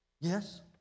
Yes